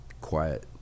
quiet